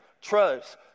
trust